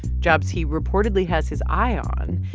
jobs he reportedly has his eye on,